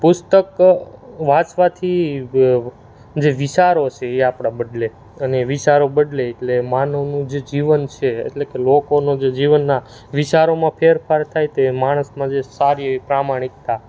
પુસ્તક વાંચવાથી જે વિચારો સે એ આપણા બદલે અને વિચારો બદલે એટલે માનવનું જે જીવન છે એટલે કે લોકોનું જે જીવનના વિચારોમાં ફેરફાર થાય તે માણસમાં જે સારી એવી પ્રામાણિકતા